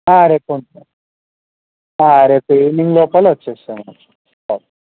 రేపు ఉంటుంది రేపు ఈవెనింగ్ లోపల వచ్చేసేయ్యండి బాయ్